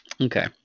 okay